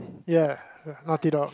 ya naughty dog